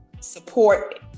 support